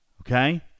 okay